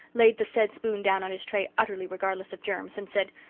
laid the said spoon down on his tray, utterly regardless of germs, and said,